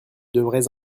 devrais